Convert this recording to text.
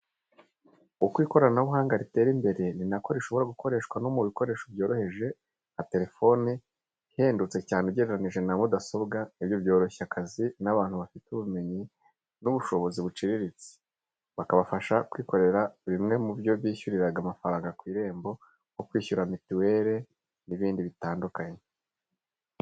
Uko ikoranabuhanga ritera imbere ni na ko rishobora gukoreshwa no mu bikoresho byoroheje nka telefone, ihendutse cyane ugereranyije na mudasobwa, ibyo byoroshya akazi, n'abantu bafite ubumenyi n'ubushobozi buciriritse, bakabasha kwikorera bimwe mu byo bishyuriraga amafaranga ku Irembo, nko kwishyura mitiweli n'ibindi bitandukanye.